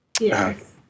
Yes